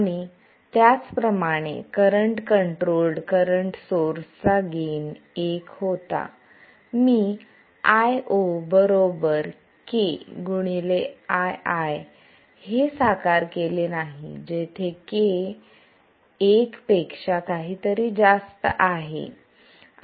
आणि त्याचप्रमाणे current controlled current source चा एक गेन होता मी Io k ii हे साकार केले नाही जेथे k एक पेक्षा काहीतरी जास्त आहे